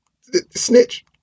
snitch